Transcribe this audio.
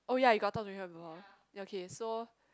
oh ya you got talk to her before okay so